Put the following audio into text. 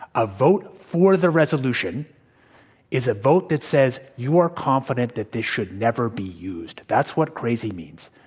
a vote for the resolution is a vote that says you are confident that this should never be used. that's what crazy means.